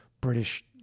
British